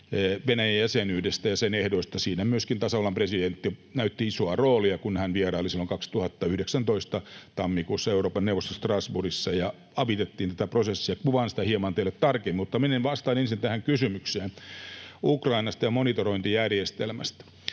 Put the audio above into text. Venäjän jäsenyydestä ja sen ehdoista. Siinä myöskin tasavallan presidentti näytteli isoa roolia, kun hän vieraili silloin 2019 tammikuussa Euroopan neuvostossa Strasbourgissa ja avitettiin tätä prosessia. Kuvaan sitä hieman teille tarkemmin, mutta vastaan ensin tähän kysymykseen Ukrainasta ja monitorointijärjestelmästä.